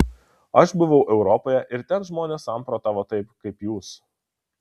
aš buvau europoje ir ten žmonės samprotavo taip kaip jūs